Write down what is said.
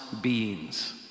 beings